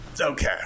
Okay